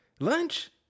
lunch